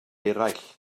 eraill